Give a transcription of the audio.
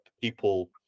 People